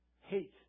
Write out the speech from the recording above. Hate